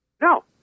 no